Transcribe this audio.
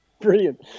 Brilliant